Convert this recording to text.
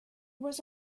was